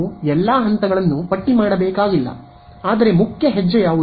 ನೀವು ಎಲ್ಲ ಹಂತಗಳನ್ನು ಪಟ್ಟಿ ಮಾಡಬೇಕಾಗಿಲ್ಲ ಆದರೆ ಮುಖ್ಯ ಹೆಜ್ಜೆ ಯಾವುದು